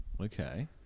Okay